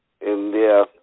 india